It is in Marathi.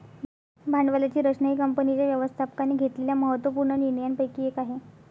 भांडवलाची रचना ही कंपनीच्या व्यवस्थापकाने घेतलेल्या महत्त्व पूर्ण निर्णयांपैकी एक आहे